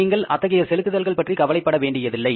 நீங்கள் அத்தகைய செலுத்துதல் பற்றி கவலைப்பட வேண்டியதில்லை